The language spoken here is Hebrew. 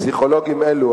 פסיכולוגים אלה,